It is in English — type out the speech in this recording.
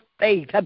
faith